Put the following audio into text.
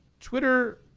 Twitter